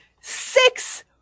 six